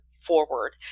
forward